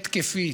התקפית,